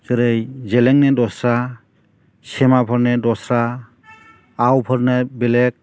ओरै जेलेंनि दस्रा सेमाफोरनिया दस्रा आवफोरनिया बेलेग